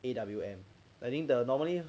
A_W_M I think the normally